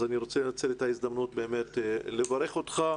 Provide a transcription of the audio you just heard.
אז אני רוצה לנצל את ההזדמנות לברך אותך.